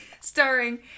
starring